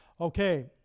Okay